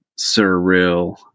surreal